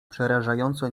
przerażająco